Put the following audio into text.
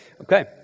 Okay